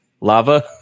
lava